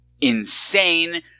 insane